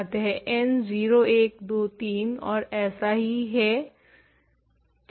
अतः n 0 1 2 3 और ऐसा ही है ठीक है